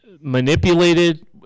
manipulated